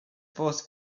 post